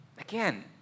Again